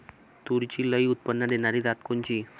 तूरीची लई उत्पन्न देणारी जात कोनची?